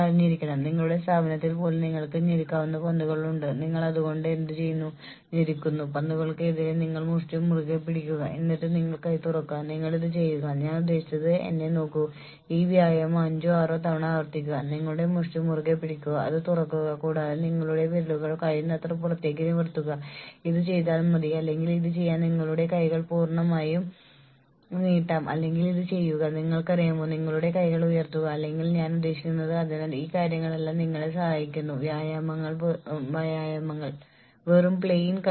പരിശീലനത്തിനുള്ള ചില നിർദ്ദേശങ്ങൾ ശമ്പളം ഉറപ്പാക്കുന്ന ജീവനക്കാരുടെ ഇൻപുട്ടുമായി ബന്ധപ്പെട്ട നയപരമായ തീരുമാനങ്ങൾ എടുക്കുന്നതിൽ നിങ്ങൾ തന്ത്രപരമായി ചിന്തിക്കേണ്ടതുണ്ട് നിങ്ങൾ യഥാർത്ഥത്തിൽ ജോലി അടിസ്ഥാനമാക്കിയുള്ള നഷ്ടപരിഹാര പദ്ധതി നടപ്പിലാക്കാൻ പദ്ധതിയിടുകയാണെങ്കിൽ ഈ പ്ലാനുകൾ എങ്ങനെ നടപ്പിലാക്കണം എന്നതിനെക്കുറിച്ചുള്ള നിർദ്ദേശങ്ങൾ നൽകാൻ ജീവനക്കാരെ അറിയിക്കുക